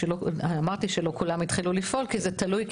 אמרתי שלא כולם התחילו לפעול כי זה תלוי,